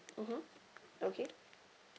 mmhmm okay